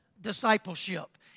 discipleship